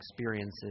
experiences